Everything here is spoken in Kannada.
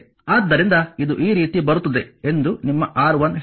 ಆದ್ದರಿಂದ ಇದು ಈ ರೀತಿ ಬರುತ್ತದೆ ಎಂದು ನಿಮ್ಮ R1 ಹೇಳುತ್ತದೆ